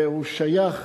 והוא שייך